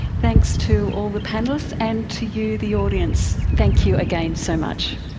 thanks to all the panellists and to you, the audience, thank you again so much.